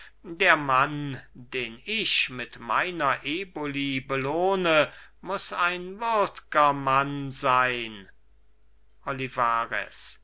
der mann den ich mit meiner eboli belohne muß ein würdger mann sein